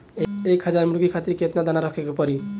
एक हज़ार मुर्गी खातिर केतना दाना रखे के पड़ी?